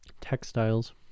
Textiles